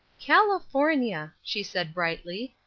california, she said, brightly.